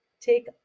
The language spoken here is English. take